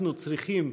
אנחנו צריכים,